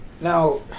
Now